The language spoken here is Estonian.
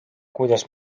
kuidas